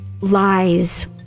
lies